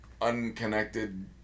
unconnected